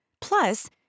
Plus